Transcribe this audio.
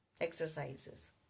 exercises